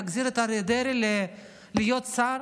להחזיר את אריה דרעי להיות שר